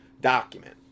document